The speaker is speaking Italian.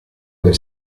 del